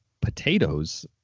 potatoes